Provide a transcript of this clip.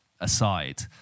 aside